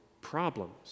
problems